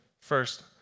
first